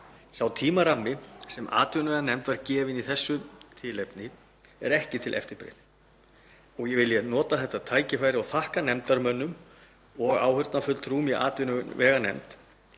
Sá tímarammi sem atvinnuveganefnd var gefinn í þessu verkefni er ekki til eftirbreytni. Ég vil nota þetta tækifæri og þakka nefndarmönnum og áheyrnarfulltrúum í atvinnuveganefnd